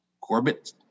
Corbett